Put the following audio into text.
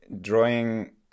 drawing